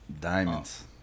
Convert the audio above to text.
Diamonds